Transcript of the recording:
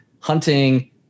hunting